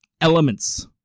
elements